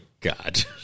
God